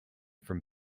from